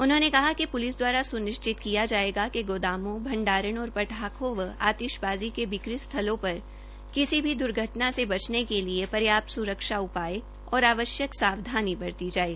उन्होंने कहा कि प्लिस दवारा स्निश्चित किया जायेगा कि गोदामों भंडारण और पटाखों व आतिशाबाज़ी के बिक्री स्थलों पर किसी भी द्र्घटना से बचने के लिए पर्याप्त सावधानी बरती जाये